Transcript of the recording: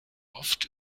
oft